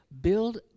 Build